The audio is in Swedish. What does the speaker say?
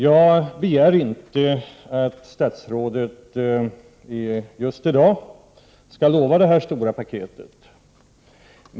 Jag begär inte att statsrådet just i dag skall utlova detta stora paket.